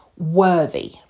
worthy